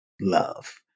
love